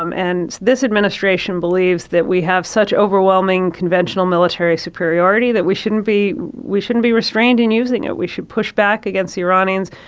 um and this administration believes that we have such overwhelming conventional military superiority that we shouldn't be we shouldn't be restrained in using it. we should push back against the iranians.